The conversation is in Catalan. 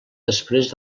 després